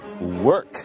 work